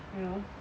you know